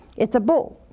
it's a bull.